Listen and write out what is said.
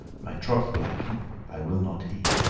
my trothe will i keep, i will not he.